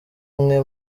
umwe